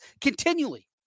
continually